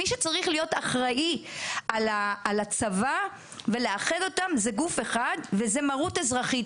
מי שצריך להיות אחראי על הצבא זה גוף אחד וזו מרות אזרחית,